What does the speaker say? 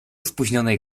spóźnionej